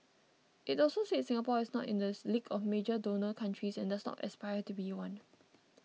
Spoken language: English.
it also said Singapore is not in the league of major donor countries and does not aspire to be one